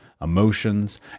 emotions